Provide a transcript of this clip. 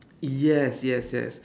yes yes yes